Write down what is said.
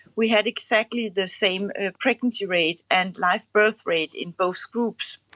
we had exactly the same pregnancy rate and live birth rate in both groups.